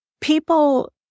People